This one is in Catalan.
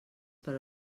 per